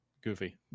goofy